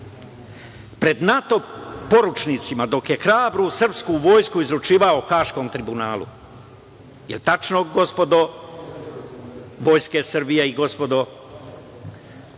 pred NATO poručnicima, dok je hrabru srpsku vojsku izručivao Haškom tribunalu. Je li tačno, gospodo Vojske Srbije i gospodo